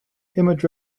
image